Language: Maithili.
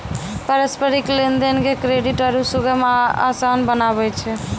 पारस्परिक लेन देन के क्रेडिट आरु सुगम आ असान बनाबै छै